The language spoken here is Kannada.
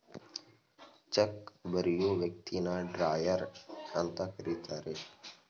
ಚೆಕ್ ಬರಿಯೋ ವ್ಯಕ್ತಿನ ಡ್ರಾಯರ್ ಅಂತ ಕರಿತರೆ